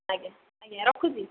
ଆଜ୍ଞା ଆଜ୍ଞା ରଖୁଛି